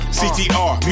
ctr